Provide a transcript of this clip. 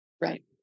Right